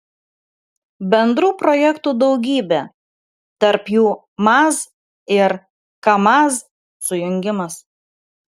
bendrų projektų daugybė tarp jų maz ir kamaz sujungimas